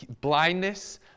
blindness